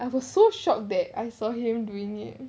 I was so shocked that I saw him doing it